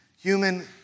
human